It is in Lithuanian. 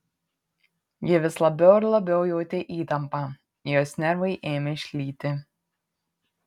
ji vis labiau ir labiau jautė įtampą jos nervai ėmė šlyti